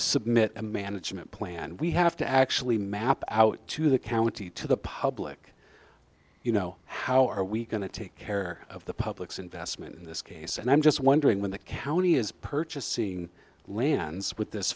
submit a management plan and we have to actually map out to the county to the public you know how are we going to take care of the public's investment in this case and i'm just wondering when the county is purchasing lands with this